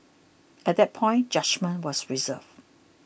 at that point judgement was reserved